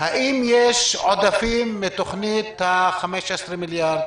האם יש עודפים מתוכנית ה-15 מיליארד?